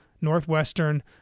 Northwestern